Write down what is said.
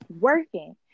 working